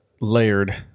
layered